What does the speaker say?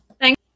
Thank